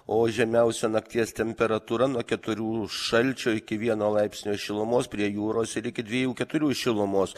o žemiausia nakties temperatūra nuo keturių šalčio iki vieno laipsnio šilumos prie jūros ir iki dviejų keturių šilumos